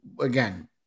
again